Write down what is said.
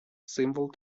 символ